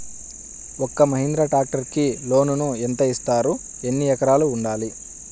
ఒక్క మహీంద్రా ట్రాక్టర్కి లోనును యెంత ఇస్తారు? ఎన్ని ఎకరాలు ఉండాలి?